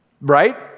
right